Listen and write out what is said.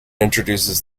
introduces